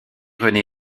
rené